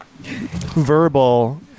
verbal